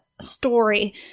story